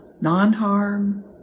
non-harm